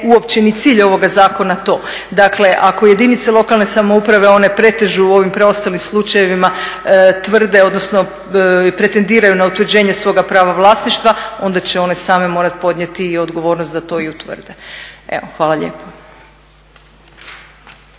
uopće ni cilj ovog zakona to. Dakle ako jedinice lokalne samouprave one pretežu u ovim preostalim slučajevima tvrde odnosno pretendiraju na utvrđenje svoga prava vlasništva onda će one same morati podnijeti i odgovornost da to i utvrde. Hvala lijepo.